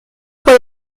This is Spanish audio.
por